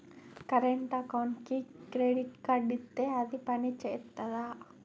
Current అకౌంట్కి credit card ఇత్తే అది పని చేత్తదా?